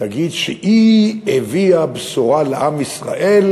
יגיד שהיא הביאה בשורה לעם ישראל,